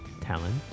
talent